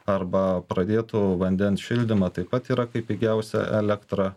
arba pradėtų vandens šildymą taip pat yra kaip pigiausia elektra